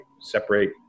separate